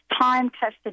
time-tested